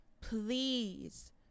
Please